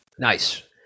Nice